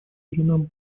суринам